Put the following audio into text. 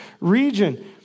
region